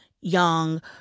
young